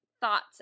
thoughts